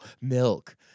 milk